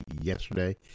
yesterday